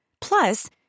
Plus